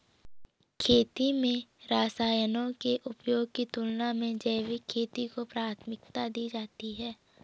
खेती में रसायनों के उपयोग की तुलना में जैविक खेती को प्राथमिकता दी जाती है